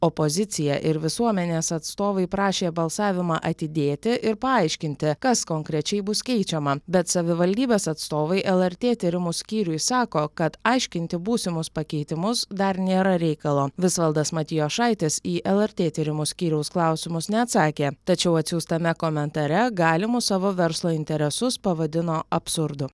opozicija ir visuomenės atstovai prašė balsavimą atidėti ir paaiškinti kas konkrečiai bus keičiama bet savivaldybės atstovai lrt tyrimų skyriui sako kad aiškinti būsimus pakeitimus dar nėra reikalo visvaldas matijošaitis į lrt tyrimų skyriaus klausimus neatsakė tačiau atsiųstame komentare galimus savo verslo interesus pavadino absurdu